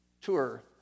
tour